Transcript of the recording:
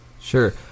Sure